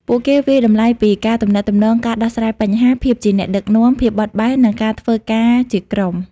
ពួកគេវាយតម្លៃពី ការទំនាក់ទំនង ការដោះស្រាយបញ្ហា ភាពជាអ្នកដឹកនាំ ភាពបត់បែន និងការធ្វើការជាក្រុម។